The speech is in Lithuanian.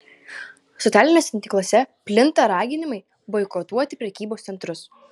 socialiniuose tinkluose plinta raginimai boikotuoti prekybos centrus